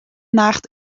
nacht